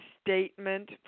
statement